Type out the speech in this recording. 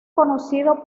conocido